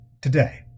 today